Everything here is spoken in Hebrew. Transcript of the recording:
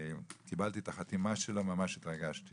קיבלתי את החתימה שלו ממש התרגשתי